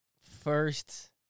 first